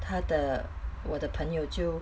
他的我的朋友就